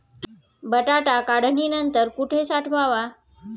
बटाटा काढणी नंतर कुठे साठवावा?